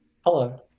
Hello